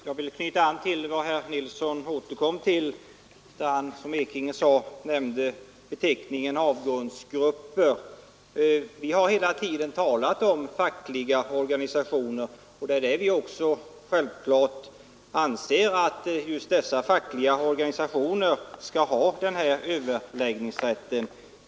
Herr talman! Som herr Ekinge påpekade använde herr Nilsson i Kalmar beteckningen avgrundsgrupper, och jag vill knyta an till detta. Vi har hela tiden talat om fackliga organisationer, och vi anser självfallet att just dessa fackliga organisationer skall ha den här överläggningsrätten.